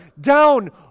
down